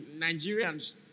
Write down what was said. Nigerians